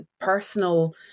personal